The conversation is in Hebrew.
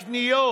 לקניות.